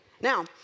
Now